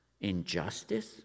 injustice